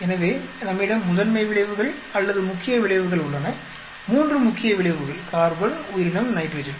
எனவே நம்மிடம் முதன்மை விளைவுகள் அல்லது முக்கிய விளைவுகள் உள்ளன மூன்று முக்கிய விளைவுகள் கார்பன் உயிரினம் நைட்ரஜன்